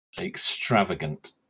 extravagant